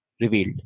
revealed